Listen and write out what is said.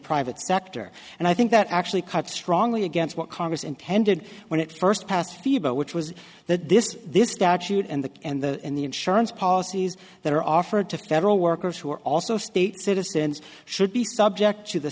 private sector and i think that actually cuts strongly against what congress intended when it first passed the bow which was that this this statute and the and the and the insurance policies that are offered to federal workers who are also state citizens should be subject to the